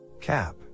Cap